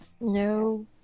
no